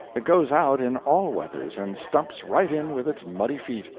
it goes out in all weathers, and stumps right in with its muddy feet.